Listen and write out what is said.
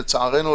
לצערנו,